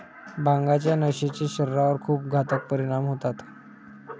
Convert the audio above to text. भांगाच्या नशेचे शरीरावर खूप घातक परिणाम होतात